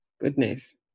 goodness